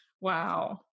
Wow